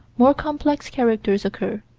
more complex characters occur,